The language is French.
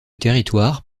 territoire